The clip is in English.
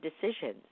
decisions